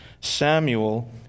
Samuel